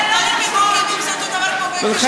זה אותו דבר כמו, באמת.